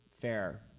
Fair